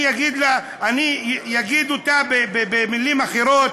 אני אגיד אותה במילים אחרות,